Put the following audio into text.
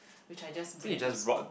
which I just bring to school